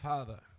Father